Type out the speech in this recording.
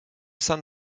saint